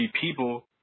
people